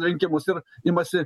rinkimus ir imasi